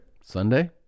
Sunday